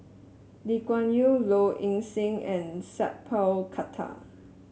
Lee Kuan Yew Low Ing Sing and Sat Pal Khattar